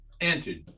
entered